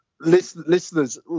Listeners